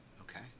okay